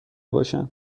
باشن